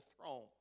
throne